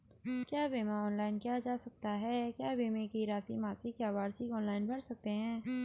क्या बीमा ऑनलाइन किया जा सकता है क्या बीमे की राशि मासिक या वार्षिक ऑनलाइन भर सकते हैं?